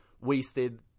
wasted